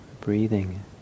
breathing